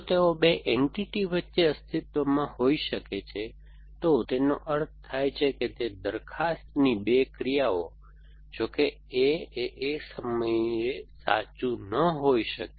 જો તેઓ બે એન્ટિટી વચ્ચે અસ્તિત્વમાં હોઈ શકે છે તો તેનો અર્થ થાય છે તે દરખાસ્તની બે ક્રિયાઓ જો કે A એ એક જ સમયે સાચું ન હોઈ શકે